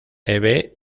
eve